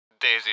Daisy